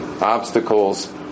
obstacles